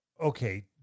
Okay